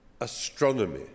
Astronomy